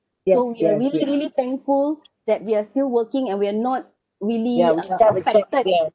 so we are really really thankful that we are still working and we are not really affected